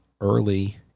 early